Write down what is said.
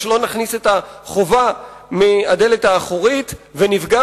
ולא נכניס את החובה מהדלת האחורית ונפגע